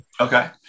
Okay